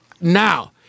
Now